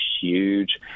huge